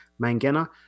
Mangena